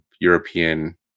European